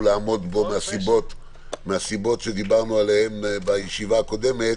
לעמוד בו מהסיבות שדיברנו עליהן בישיבה הקודמת